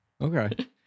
Okay